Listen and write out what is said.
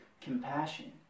compassion